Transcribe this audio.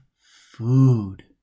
food